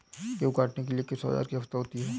गेहूँ काटने के लिए किस औजार की आवश्यकता होती है?